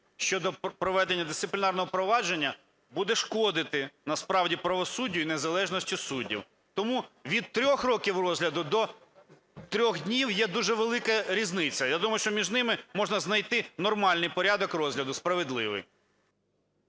щодо проведення дисциплінарного провадження буде шкодити насправді правосуддю і незалежності суддів. Тому від 3 років розгляду до 3 днів є дуже велика різниця, я думаю, що між ними можна знайти нормальний порядок розгляду, справедливий.